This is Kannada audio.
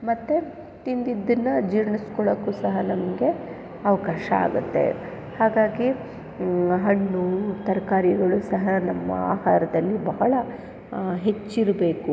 ಮತ್ತು ತಿಂದಿದ್ದನ್ನ ಜೀರ್ಣಿಸಿಕೊಳ್ಳಕ್ಕೂ ಸಹ ನಮಗೆ ಅವಕಾಶ ಆಗುತ್ತೆ ಹಾಗಾಗಿ ಹಣ್ಣು ತರಕಾರಿಗಳು ಸಹ ನಮ್ಮ ಆಹಾರದಲ್ಲಿ ಬಹಳ ಹೆಚ್ಚಿರಬೇಕು